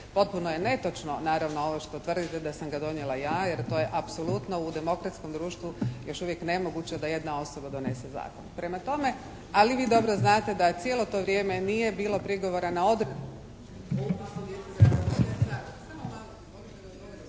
potpuno je netočno naravno ovo što tvrdite da sam ga donijela ja jer to je apsolutno u demokratskom društvu još uvijek nemoguće da jedna osoba donese zakon. Prema tome, ali i vi dobro znate da cijelo to vrijeme nije bilo prigovora na …